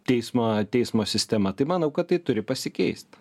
teismo teismo sistema tai manau kad tai turi pasikeist